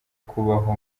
kubaho